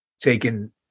taken